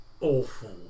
awful